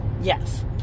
Yes